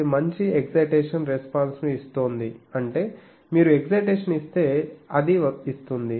ఇది మంచి excitation response ను ఇస్తోంది అంటే మీరు ఎక్సైటేషన్ ఇస్తే అది ఇస్తుంది